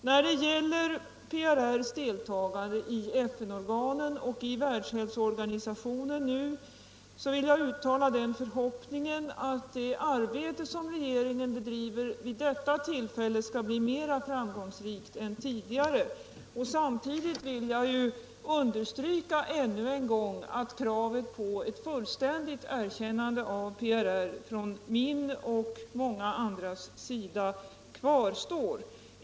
När det gäller PRR:s deltagande i FN-organen — nu i Världshälsoorganisationen — vill jag uttala den förhoppningen att det arbete som regeringen bedriver vid detta tillfälle skall bli mera framgångsrikt än tidigare. Samtidigt vill jag ännu en gång understryka att kravet på ett fullständigt erkännande av PRR från min och många andras sida kvarstår.